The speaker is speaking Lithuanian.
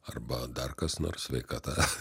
arba dar kas nors sveikata